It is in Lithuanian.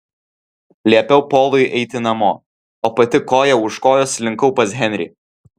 liepiau polui eiti namo o pati koja už kojos slinkau pas henrį